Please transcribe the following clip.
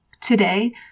Today